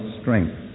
strength